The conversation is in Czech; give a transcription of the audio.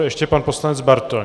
Ještě pan poslanec Bartoň.